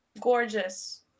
gorgeous